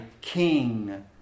King